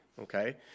Okay